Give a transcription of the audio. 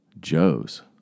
Joe's